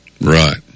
Right